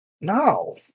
no